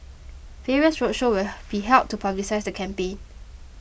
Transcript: various roadshows will be held to publicise the campaign